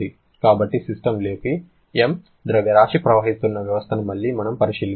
కాబట్టి సిస్టమ్లోకి ṁ ద్రవ్యరాశి ప్రవహిస్తున్న వ్యవస్థను మళ్లీ మనము పరిశీలిద్దాము